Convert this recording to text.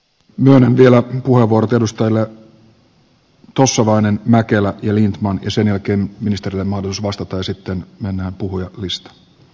myönnän vielä vastauspuheenvuorot edustajille tossavainen mäkelä ja lindtman ja sen jälkeen ministereille mahdollisuuden vastata ja sitten mennään puhujalistaan